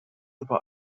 über